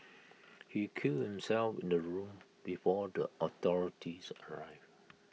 he killed himself in the room before the authorities arrived